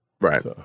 Right